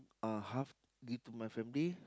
uh half give to my family